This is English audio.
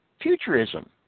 futurism